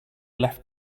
left